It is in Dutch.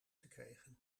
gekregen